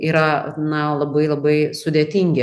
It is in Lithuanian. yra na labai labai sudėtingi